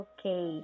Okay